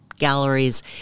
galleries